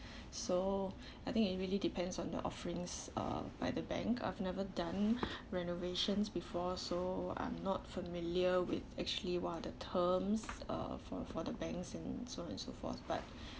so I think it really depends on the offerings uh by the bank I've never done renovations before so I'm not familiar with actually what are the terms uh for for the banks and so on and so forth but